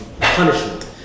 punishment